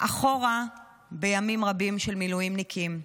אחורה בימים רבים של מילואימניקים,